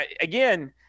again